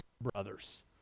brothers